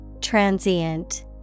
Transient